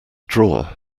drawer